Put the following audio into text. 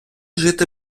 жити